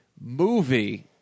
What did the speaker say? movie